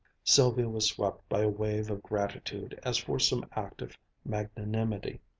sylvia was swept by a wave of gratitude as for some act of magnanimity.